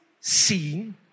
seen